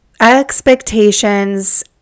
expectations